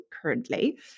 Currently